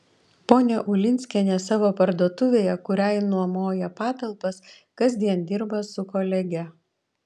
ponia ulinskienė savo parduotuvėje kuriai nuomoja patalpas kasdien dirba su kolege